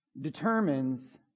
determines